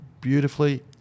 beautifully